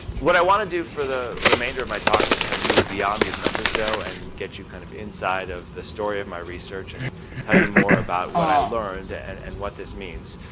what i want to do for the remainder of my talk is kind of move beyond these numbers though and get you kind of inside the story of my research and tell you more about what i learned and and what this means.